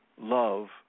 love